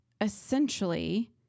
essentially